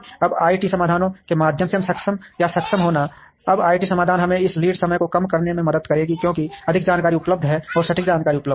अब आईटी समाधानों के माध्यम से सक्षम या सक्षम होना अब आईटी समाधान हमें इस लीड समय को कम करने में मदद करेंगे क्योंकि अधिक जानकारी उपलब्ध है और सटीक जानकारी उपलब्ध है